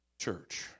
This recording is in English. church